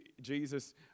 Jesus